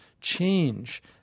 change